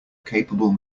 capable